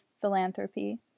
philanthropy